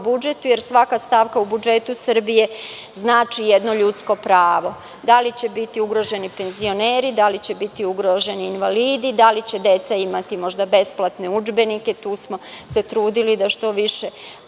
budžetu, jer svaka stavka u budžetu Srbije znači jedno ljudsko pravo - da li će biti ugroženi penzioneri, da li će biti ugroženi invalidi, da li će deca imati možda besplatne udžbenike. Tu smo se trudili da što više